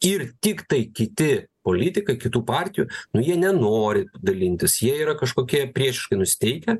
ir tiktai kiti politikai kitų partijų nu jie nenori dalintis jie yra kažkokie priešiškai nusiteikę